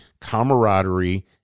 camaraderie